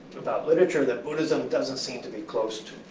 about literature that buddhism doesn't seem to be close to.